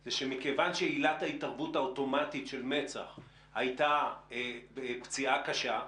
זה שמכיוון שעילת ההתערבות האוטומטית של מצ"ח הייתה בפציעה קשה,